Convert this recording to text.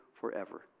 forever